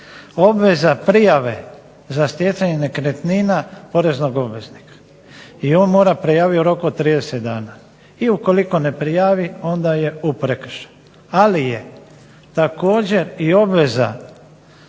obveza prijave za stjecanje nekretnina poreznog obveznika i on mora prijaviti u roku od 30 dana i ukoliko ne prijavi onda je u prekršaju. Ali je također i obveza